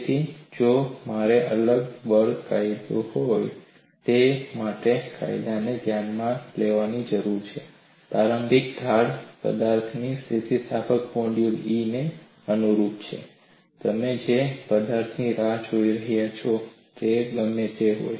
તેથી જો મારે બળ અલગ કાયદો હોય તો મારે કાયદાને ધ્યાનમાં લેવાની જરૂર છે પ્રારંભિક ઢાળ પદાર્થની સ્થિતિસ્થાપક મોડ્યુલસ E ને અનુરૂપ છે તમે જે પદાર્થની રાહ જોઈ રહ્યા છો તે ગમે તે હોય